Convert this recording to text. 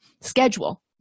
schedule